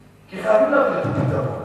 כי חייבים להגיע לפתרון,